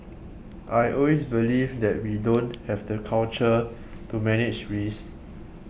I always believe that we don't have the culture to manage risks